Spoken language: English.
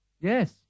Yes